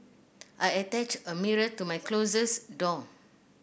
I attached a mirror to my closet door